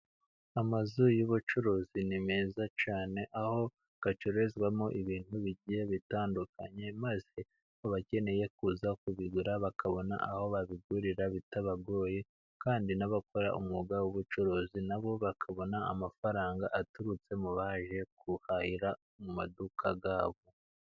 Amazu y'ubucuruzi ni meza cyane, aho acururizwamo ibintu bigiye bitandukanye, maze abakeneye kuza kubigura bakabona aho babigurira bitabagoye, kandi n'abakora umwuga w'ubucuruzi na bo bakabona amafaranga aturutse mu baje guhahira mu maduka yabo.